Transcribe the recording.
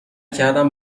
کردم